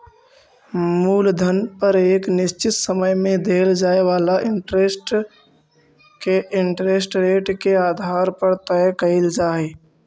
मूलधन पर एक निश्चित समय में देल जाए वाला इंटरेस्ट के इंटरेस्ट रेट के आधार पर तय कईल जा हई